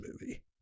movie